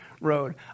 road